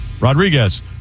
Rodriguez